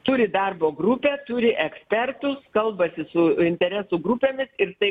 turi darbo grupę turi ekspertus kalbasi su interesų grupėmis ir tai